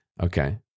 Okay